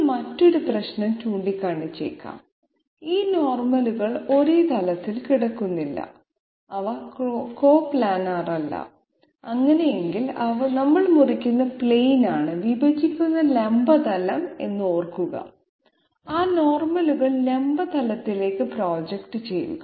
നിങ്ങൾ മറ്റൊരു പ്രശ്നം ചൂണ്ടിക്കാണിച്ചേക്കാം ഈ നോർമലുകൾ ഒരേ തലത്തിൽ കിടക്കുന്നില്ല അവ കോപ്ലാനറല്ല അങ്ങനെയെങ്കിൽ നമ്മൾ മുറിക്കുന്ന പ്ലെയിൻ ആണ് വിഭജിക്കുന്ന ലംബ തലം എന്ന് ഓർക്കുക ആ നോർമലുകൾ ലംബ തലത്തിലേക്ക് പ്രൊജക്റ്റ് ചെയ്യുക